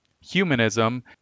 Humanism